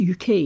UK